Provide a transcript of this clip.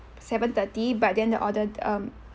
seven thirty but then the order um